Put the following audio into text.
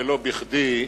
ולא בכדי,